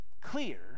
clear